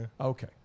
okay